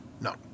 No